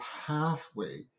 pathway